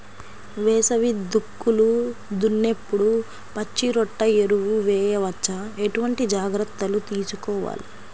వేసవి దుక్కులు దున్నేప్పుడు పచ్చిరొట్ట ఎరువు వేయవచ్చా? ఎటువంటి జాగ్రత్తలు తీసుకోవాలి?